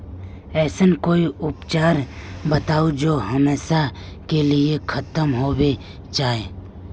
ऐसन कोई उपचार बताऊं जो हमेशा के लिए खत्म होबे जाए?